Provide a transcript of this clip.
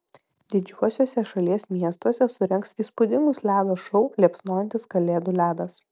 didžiuosiuose šalies miestuose surengs įspūdingus ledo šou liepsnojantis kalėdų ledas